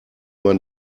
man